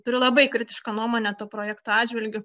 turiu labai kritišką nuomonę to projekto atžvilgiu